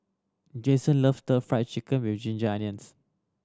Jason loves Stir Fried Chicken With Ginger Onions